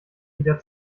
wieder